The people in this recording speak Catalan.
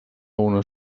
una